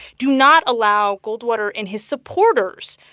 do not allow goldwater and his supporters,